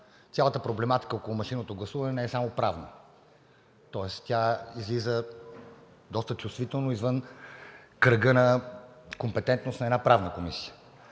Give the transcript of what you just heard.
цялата проблематика около машинното гласуване не е само правна. Тоест тя излиза доста чувствително извън кръга на компетентност на една Правна комисия.